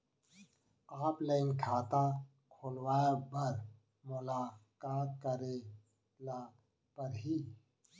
Offline खाता खोलवाय बर मोला का करे ल परही?